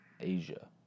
Asia